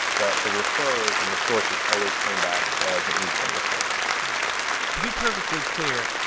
but the refers and the sources always came back as an ezanga server to be perfectly clear,